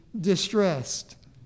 distressed